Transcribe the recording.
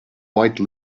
white